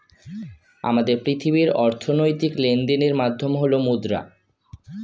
আমাদের পৃথিবীর অর্থনৈতিক লেনদেনের মাধ্যম হল মুদ্রা